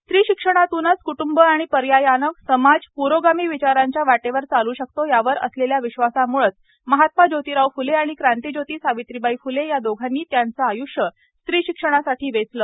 स्त्री शिक्षणातूनच क्टूंब आणि पर्यायाने समाज प्रोगामी विचारांच्या वाटेवर चालू शकतो यावर असलेल्या विश्वासाम्छेच महात्मा जोतिराव फ्ले आणि क्रांतिज्योती सावित्रीबाई फुले या दोघांनी त्यांचं आयुष्य स्त्री शिक्षणासाठी वेचलं